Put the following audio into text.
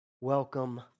welcome